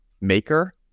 maker